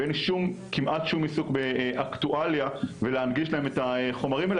ואין כמעט שום עיסוק באקטואליה ולהנגיש להם את החומרים האלו,